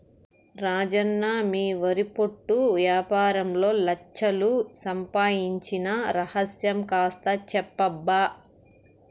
రాజన్న మీ వరి పొట్టు యాపారంలో లచ్ఛలు సంపాయించిన రహస్యం కాస్త చెప్పబ్బా